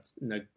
no